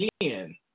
again